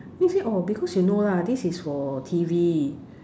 then he say oh because you know lah this is for T_V